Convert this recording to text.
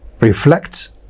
reflect